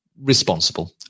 responsible